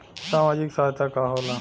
सामाजिक सहायता का होला?